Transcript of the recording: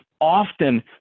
often